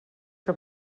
que